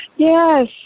Yes